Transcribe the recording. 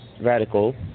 radical